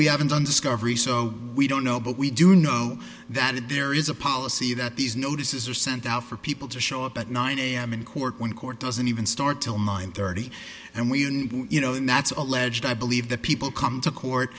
we haven't done discovery so we don't know but we do know that there is a policy that these notices are sent out for people to show up at nine am in court when court doesn't even start thirty and we you know and that's alleged i believe that people come to court